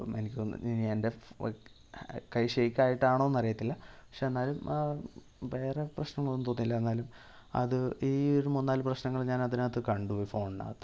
അപ്പം എനിക്ക് ഒന്ന് ഇനി എൻ്റെ കൈ ഷേക്ക് ആയിട്ടാണോയെന്ന് അറിയത്തില്ല പക്ഷെ എന്നാലും വേറെ പ്രശ്നങ്ങൾ ഒന്നും തോന്നിയില്ല എന്നാലും അത് ഈ ഒരു മൂന്ന് നാല് പ്രശ്നങ്ങൾ ഞാൻ അതിനകത്ത് കണ്ടു ഈ ഫോണിനകത്ത്